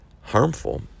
harmful